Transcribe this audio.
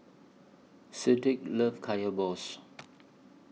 Cedric loves Kaya Balls